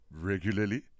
regularly